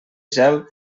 gel